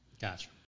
Gotcha